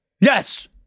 Yes